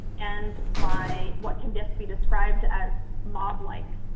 and by what can best be described as moblike,